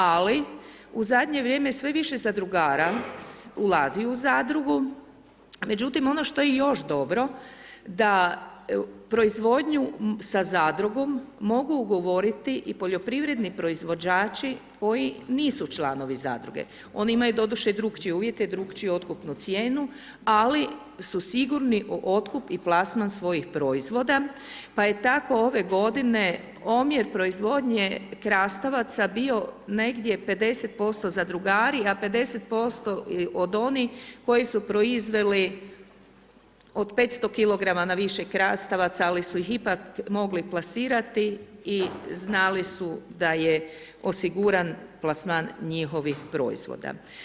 Ali u zadnje vrijeme sve više zadrugara ulazi u zadrugu, međutim ono što je i još dobro da proizvodnju sa zadrugom mogu ugovoriti i poljoprivredni proizvođači koji nisu članovi zadruge, oni imaju doduše i drukčije uvjete i drukčiju otkupnu cijenu ali su sigurni u otkup i plasman svojih proizvoda pa je tako ove godine omjer proizvodnje krastavaca bio negdje 50% zadrugari a 50% od onih koji su proizveli od 500kg na više krastavaca ali su ih ipak mogli plasirati i znali su da je osiguran plasman njihovih proizvoda.